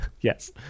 Yes